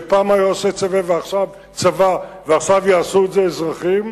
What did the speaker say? שפעם היה עושה הצבא ועכשיו יעשו את זה אזרחים,